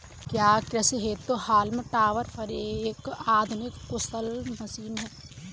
क्या कृषि हेतु हॉल्म टॉपर एक आधुनिक कुशल मशीन है?